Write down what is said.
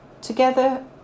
together